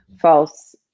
false